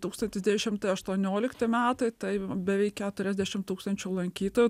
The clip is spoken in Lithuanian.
tūkstantis devyni šimtai aštuoniolikti metai tai beveik keturiasdešimt tūkstančių lankytojų